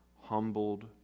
humbled